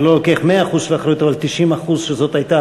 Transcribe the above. אני לא לוקח 100% של אחריות אבל 90% שזאת הייתה